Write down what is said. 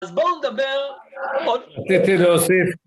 אז בואו נדבר עוד. רציתי להוסיף.